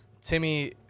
Timmy –